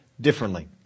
differently